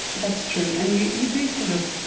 that's true and you you do, sort of